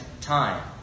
time